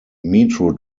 metro